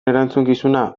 erantzukizuna